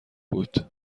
بود